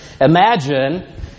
imagine